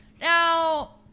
Now